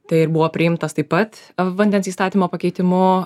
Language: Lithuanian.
tai ir buvo priimtas taip pat vandens įstatymo pakeitimu